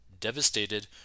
Devastated